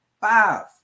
five